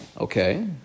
Okay